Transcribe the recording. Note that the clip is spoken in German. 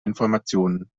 informationen